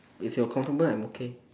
if you're comfortable I'm okay